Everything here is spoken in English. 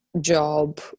job